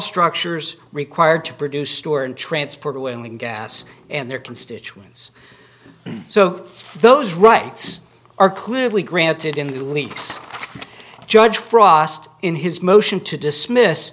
structures required to produce store and transport when the gas and their constituents so those rights are clearly granted in the leaks judge frost in his motion to dismiss